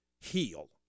heal